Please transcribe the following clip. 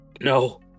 No